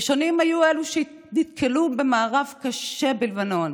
ראשונים היו אלו שנתקלו במארב קשה בלבנון.